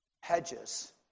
hedges